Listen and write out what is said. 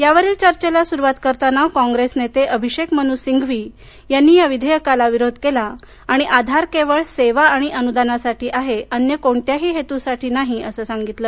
यावरील चर्चेला सुरुवात करताना काँग्रेस नेते अभिषेक मनू सिंघवी यांनी विधेयकाला विरोध केला आणि आधार केवळ सेवा आणि अनुदानासाठी आहे अन्य कोणत्याही हेतुसाठी नाही असं सांगितलं